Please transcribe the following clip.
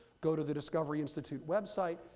go to the discovery institute website,